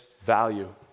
value